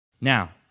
Now